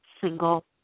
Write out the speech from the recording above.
single